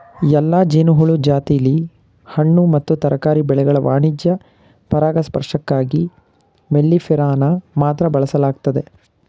ಎಲ್ಲಾ ಜೇನುಹುಳು ಜಾತಿಲಿ ಹಣ್ಣು ಮತ್ತು ತರಕಾರಿ ಬೆಳೆಗಳ ವಾಣಿಜ್ಯ ಪರಾಗಸ್ಪರ್ಶಕ್ಕಾಗಿ ಮೆಲ್ಲಿಫೆರಾನ ಮಾತ್ರ ಬಳಸಲಾಗ್ತದೆ